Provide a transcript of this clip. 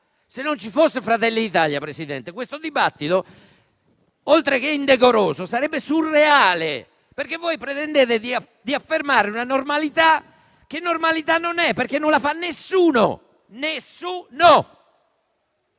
Se non ci fosse il Gruppo Fratelli d'Italia, Presidente, questo dibattito, oltre che indecoroso, sarebbe surreale, perché voi pretendete di affermare una normalità che normalità non è, dal momento che nessuno